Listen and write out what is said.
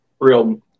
real